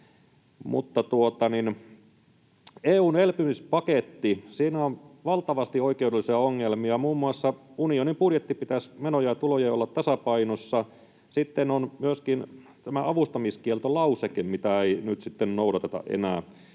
katkaistua. EU:n elpymispaketissa on valtavasti oikeudellisia ongelmia. Muun muassa unionin budjetissa pitäisi menojen ja tulojen olla tasapainossa. Sitten on myöskin tämä avustamiskieltolauseke, mitä ei nyt sitten noudateta enää.